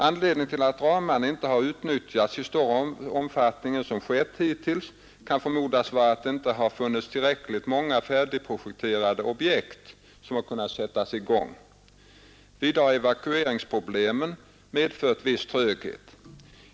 Anledningen till att ramarna inte har utnyttjats i större omfattning än som skett hittills kan förmodas vara att det inte har funnits tillräckligt många färdigprojekterade objekt som kunnat sättas i gång. Vidare kan evakueringsproblem ha medfört viss tröghet.